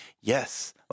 yes